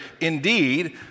indeed